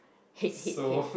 hate hate hate